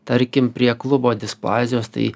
tarkim prie klubo displazijos tai